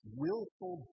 willful